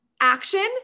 action